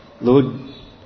Lord